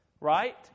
right